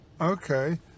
Okay